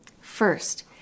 First